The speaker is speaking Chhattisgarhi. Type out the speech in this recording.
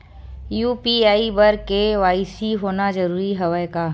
यू.पी.आई बर के.वाई.सी होना जरूरी हवय का?